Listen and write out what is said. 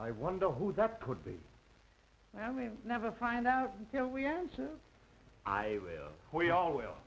i wonder who that could be i mean never find out until we answer i will we all will